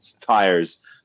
tires